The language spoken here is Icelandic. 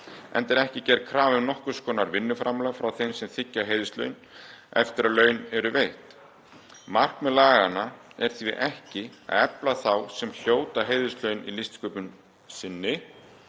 enda er ekki gerð krafa um nokkurs konar vinnuframlag frá þeim sem þiggja heiðurslaun eftir að launin eru veitt. Markmið laganna er því ekki að efla þá sem hljóta heiðurslaunin í listsköpun sinni,